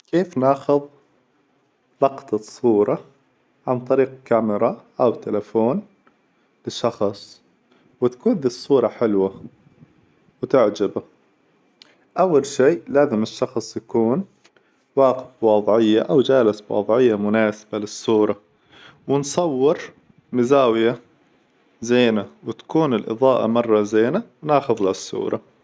كيف ناخذ لقطة صورة عن طريق كاميرا أو تليفون للشخص وتكون الصورة حلوة وتعجبه؟ أول شيء لازم الشخص يكون واقف بوظعية أو جالس بوظعية مناسبة للصورة، ونصور بزاوية زينة، وتكون الإظاءة مرة زينة، وناخذ له الصورة.